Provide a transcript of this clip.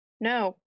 No